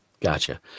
gotcha